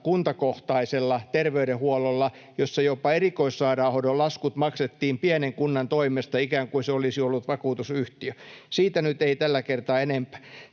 kuntakohtaisella terveydenhuollolla, jossa jopa erikoissairaanhoidon laskut maksettiin pienen kunnan toimesta ikään kuin se olisi ollut vakuutusyhtiö. Siitä nyt ei tällä kertaa enempää.